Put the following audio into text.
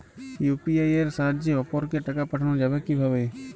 UPI এর সাহায্যে অপরকে টাকা পাঠানো যাবে কিভাবে?